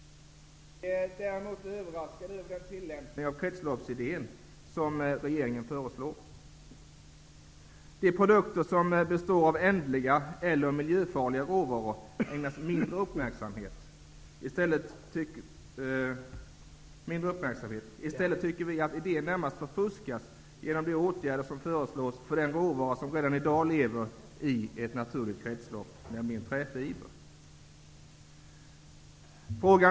Däremot är vi överraskade över den tillämpning av kretsloppsidén som regeringen föreslår. De produkter som består av ändliga eller miljöfarliga råvaror ägnas mindre uppmärksamhet. Vi tycker att idén i stället närmast förfuskas genom de åtgärder som föreslås för en råvara som redan i dag finns med i ett naturligt kretslopp, nämligen träfiberråvaran.